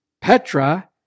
Petra